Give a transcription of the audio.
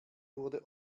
wurde